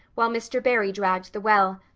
while mr. barry dragged the well,